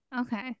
Okay